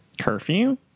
Curfew